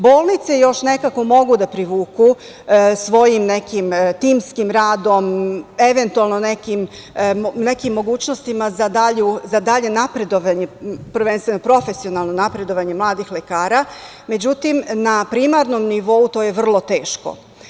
Bolnice još nekako mogu da privuku svojim nekim timskim radom, nekim mogućnostima za dalje napredovanje, prvenstveno profesionalno napredovanje mladih lekara, ali na primarnom nivou, to je vrlo teško.